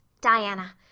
Diana